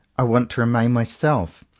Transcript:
i want to remain myself,